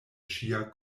ŝia